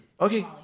Okay